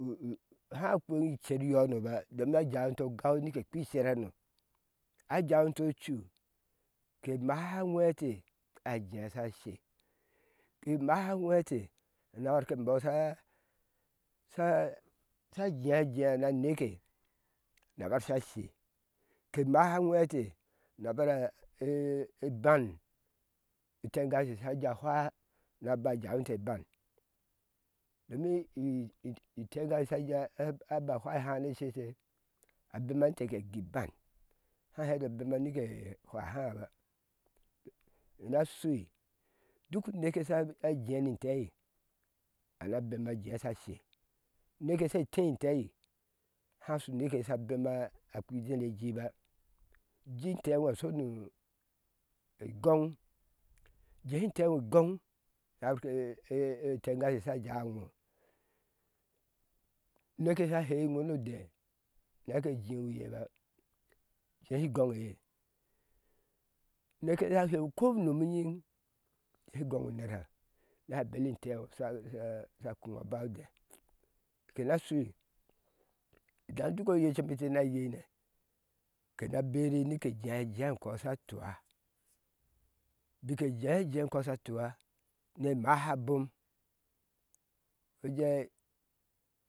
U u haŋ ukepŋu cer yonoba domi a jawi inte ogau nike ki icer hano ajawinte ocu ke maha awhei ente a jea sha she kemaha a whe ete nabar ke ambɔɔ sha sha jea jea na neke na bar sha she ke maha awhe ete na bara e ban itengashe sha jea fwa naba jawin te iban domi i i. itengashe sha ja a a ba fwa i háá ni ece te abema ninte eyui iban ha heti a bema nike ce fwa ih`á ba kena shui chik neke eye shana jei ni intei ana bema ajee sha she uneke shetei intee há shu uneke ye sh bema na akpi ne jiba uji inteŋo a shunu u igɔŋ ujehi inteŋo igɔŋ na bar tengashe sha jawi iŋo uneke ye sha hei iŋo node neke jiŋu eyeba nyiŋ jehi igɔŋ onerha na beli inte ŋo sha kuiŋo a ba odɛ ke nashui idan duk oye ente na yeinɛ kena shuii idan duk oye ente na yeinɛ ke na berii nike jea jea ekɔsha tua bik ejea jea ekɔ sha tua ni maha abom iye